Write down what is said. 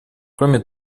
кроме